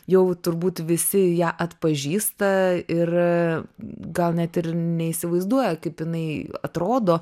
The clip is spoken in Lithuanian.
jau turbūt visi ją atpažįsta ir gal net ir neįsivaizduoja kaip jinai atrodo